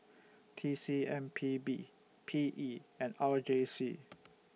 T C M P B P E and R J C